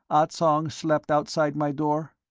ah tsong slept outside my door?